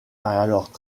alors